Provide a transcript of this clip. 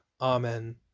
Amen